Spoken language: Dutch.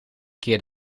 keer